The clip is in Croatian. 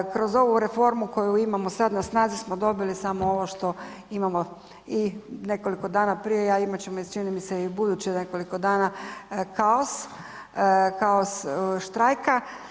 Kroz ovu reformu koju imamo sad na snazi smo dobili samo ovo što imamo i nekoliko dana prije a imati ćemo i čini mi se ubuduće nekoliko dana kaos, kaos štrajka.